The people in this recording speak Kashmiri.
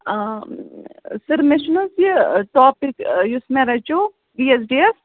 یہِ سَر مےٚ چھُ نہٕ حَظ یہِ ٹاپِک یُس مےٚ رَچو پی ایچ ڈی یَس